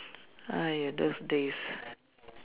!aiya! those days